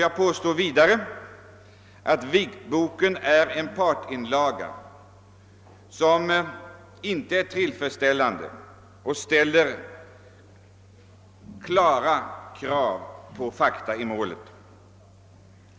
Jag påstår att vitboken är en partsinlaga som inte är tillfredsställande och ställer klara krav på fakta i målet.